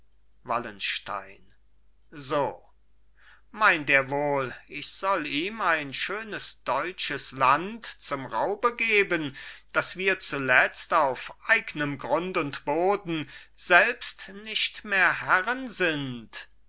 wallenstein so meint er wohl ich soll ihm ein schönes deutsches land zum raube geben daß wir zuletzt auf eignem grund und boden selbst nicht mehr herren sind